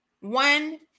one